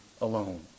alone